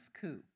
coup